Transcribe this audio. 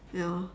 ya